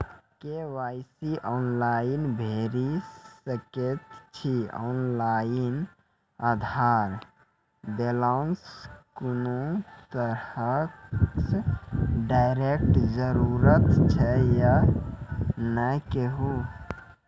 KYC online भैरि सकैत छी, ऑनलाइन आधार देलासॅ कुनू तरहक डरैक जरूरत छै या नै कहू?